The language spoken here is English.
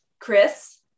Chris